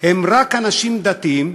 הם רק אנשים דתיים,